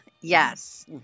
Yes